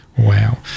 Wow